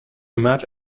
much